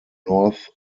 north